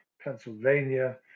Pennsylvania